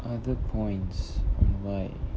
other points why